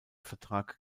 vertrag